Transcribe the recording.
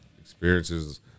experiences